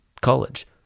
college